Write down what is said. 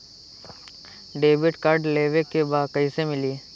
Debit card लेवे के बा कईसे मिली?